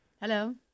Hello